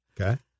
okay